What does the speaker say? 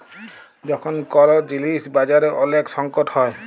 যখল কল জিলিস বাজারে ওলেক সংকট হ্যয়